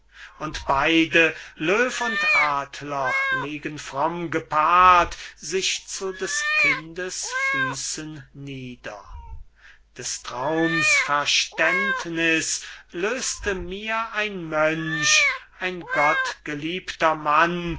und beide löw und adler legen fromm gepaart sich zu des kindes füßen nieder des traums verständniß löste mir ein mönch ein gottgeliebter mann